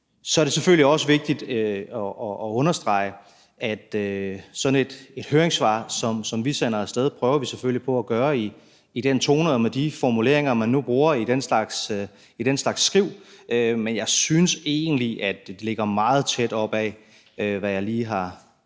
Så er det selvfølgelig også vigtigt at understrege, at når vi sender sådan et høringssvar af sted, prøver vi selvfølgelig at skrive det i den tone og med de formuleringer, man nu bruger i den slags skriv, men jeg synes egentlig, at det ligger meget tæt op af, hvad jeg lige har sagt